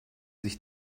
sich